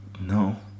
No